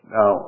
Now